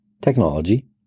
technology